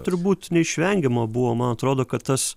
turbūt neišvengiama buvo man atrodo kad tas